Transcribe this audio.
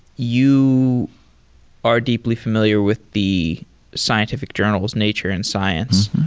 you are deeply familiar with the scientific journals, nature and science.